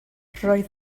roedd